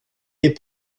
ait